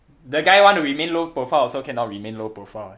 the guy want to remain low profile also cannot remain low profile eh